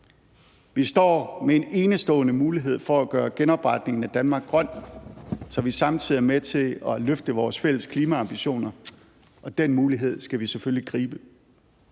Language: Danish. Vi står med en enestående mulighed for at gøre genopretningen af Danmark grøn, så vi samtidig er med til at løfte vores fælles klimaambitioner, og den mulighed skal vi selvfølgelig gribe.